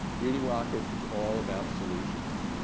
reading rockets is all about solutions.